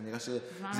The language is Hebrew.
ככה זה כשנהנים.